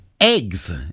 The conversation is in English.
eggs